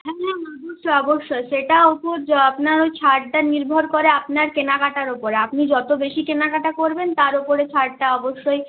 হ্যাঁ হ্যাঁ অবশ্যই অবশ্যই সেটা উপর আপনার ছাড়টা নির্ভর করে আপনার কেনাকাটার উপরে আপনি যত বেশি কেনাকাটা করবেন তার উপরে ছাড়টা অবশ্যই